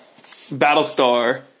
Battlestar